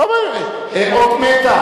לא בוער, זו אות מתה.